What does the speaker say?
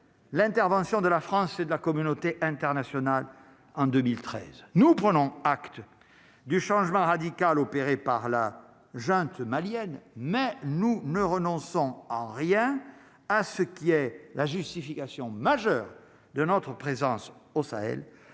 l'intervention de la France et de la communauté internationale en 2013, nous prenons acte du changement radical opéré par la junte malienne, mais nous ne renonçons en rien à ce qui est la justification majeure de notre présence au Sahel,